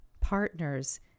partners